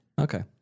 Okay